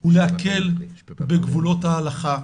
הוא להקל בגבולות ההלכה,